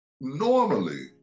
normally